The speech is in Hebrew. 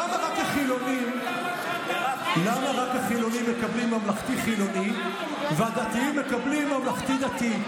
למה רק החילונים מקבלים ממלכתי-חילוני והדתיים מקבלים ממלכי-דתי?